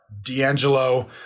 D'Angelo